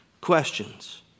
questions